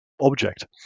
object